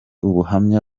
ubuhamya